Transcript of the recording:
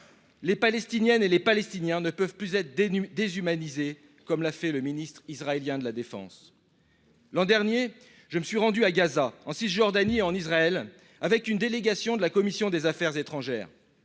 Les Palestiniennes et les Palestiniens ne peuvent plus être déshumanisés comme l’a fait le ministre israélien de la défense. L’an dernier, je me suis rendu à Gaza, en Cisjordanie et en Israël avec une délégation de notre commission des affaires étrangères.